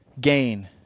gain